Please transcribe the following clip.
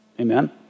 Amen